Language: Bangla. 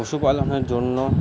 পশুপালনের জন্য